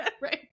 right